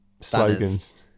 slogans